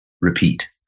repeat